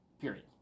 Period